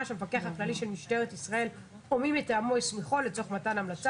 שהמפקח הכללי של משטרת ישראל או מי מטעמו הסמיכו לצורך מתן המלצה